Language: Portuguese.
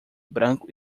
branco